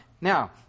Now